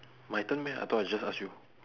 my turn meh I thought I just ask you